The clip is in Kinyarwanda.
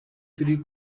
turi